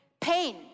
pain